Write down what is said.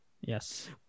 Yes